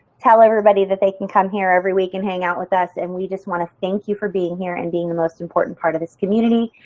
tell everybody that they can come here every week and hang out with us and we just want to thank you for being here and being the most important part of this community.